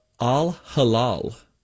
Al-Halal